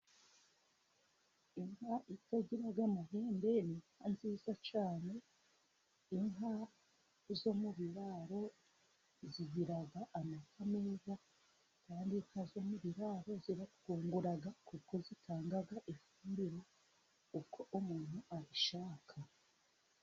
Inka itagira amahembe ni inka nziza cyane inka zo mu biraro, zigira amata meza kandi inkazo zo mu biraro ziratwungura kuko zitanga ifumbire uko umuntu abishaka.